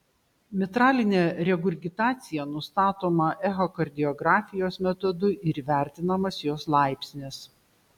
mitralinė regurgitacija nustatoma echokardiografijos metodu ir įvertinamas jos laipsnis